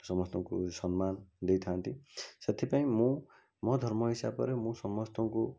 ସମସ୍ତଙ୍କୁ ସମ୍ମାନ ଦେଇଥାନ୍ତି ସେଥିପାଇଁ ମୁଁ ମୋ ଧର୍ମ ହିସାବରେ ମୁଁ ସମସ୍ତଙ୍କୁ